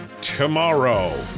tomorrow